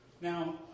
Now